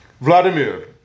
Vladimir